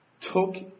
took